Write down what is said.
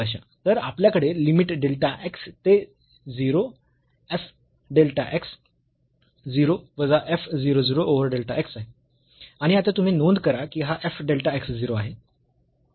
तर आपल्याकडे limit delta x ते 0 f डेल्टा x 0 वजा f 0 0 ओव्हर डेल्टा x आहे आणि आता तुम्ही नोंद करा की हा f डेल्टा x 0 आहे